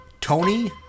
Tony